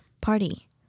party